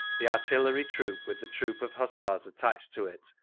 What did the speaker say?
the artillery troop with the troop of hussars attached to it,